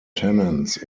tenants